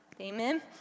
Amen